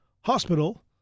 hospital